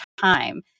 time